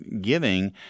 giving